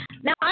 Now